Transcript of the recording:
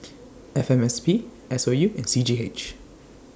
F M S P S O U and C G H